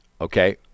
Okay